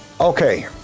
Okay